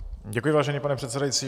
Děkuji, vážený pane předsedající.